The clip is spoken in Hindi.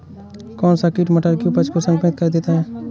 कौन सा कीट मटर की उपज को संक्रमित कर देता है?